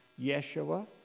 Yeshua